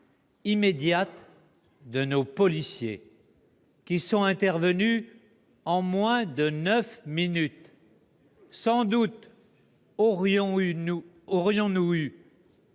immédiate de nos policiers, qui sont intervenus en moins de neuf minutes, nous aurions